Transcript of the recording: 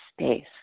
space